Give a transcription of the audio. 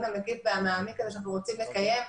המקיף והמעמיק הזה שאנחנו רוצים לקיים,